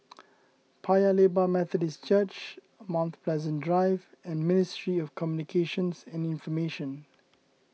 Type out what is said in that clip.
Paya Lebar Methodist Church Mount Pleasant Drive and Ministry of Communications and Information